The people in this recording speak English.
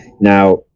now